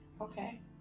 Okay